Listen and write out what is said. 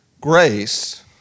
grace